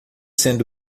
sendo